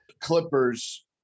Clippers